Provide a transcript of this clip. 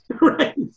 right